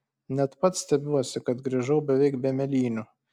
net pats stebiuosi kad grįžau beveik be mėlynių